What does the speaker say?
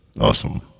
awesome